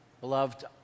Beloved